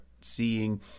seeing